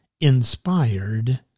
inspired